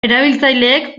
erabiltzaileek